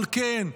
אבל כן,